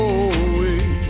away